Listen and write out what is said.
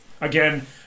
again